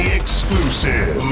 exclusive